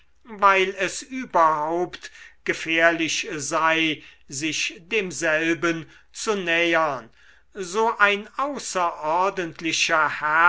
weil es überhaupt gefährlich sei sich demselben zu nähern so ein außerordentlicher herr